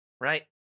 right